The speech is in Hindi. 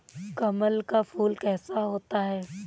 कमल का फूल कैसा होता है?